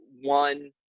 one